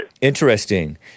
Interesting